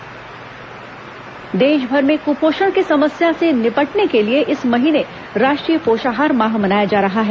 राष्ट्रीय पोषाहार माह देशभर में कुपोषण की समस्या से निपटने के लिए इस महीने राष्ट्रीय पोषाहार माह मनाया जा रहा है